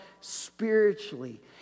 spiritually